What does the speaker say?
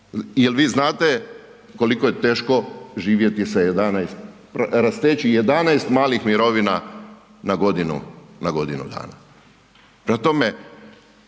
Je li vi znate koliko je teško živjeti sa 11, rasteći 11 malih mirovina na godinu, na godinu